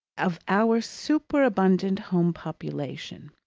of our superabundant home population.